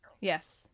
yes